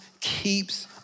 keeps